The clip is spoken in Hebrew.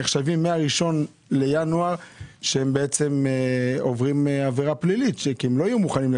ב-1 בינואר יהיו כאלה שיעברו עבירה פלילית כי הם לא יהיו מוכנים.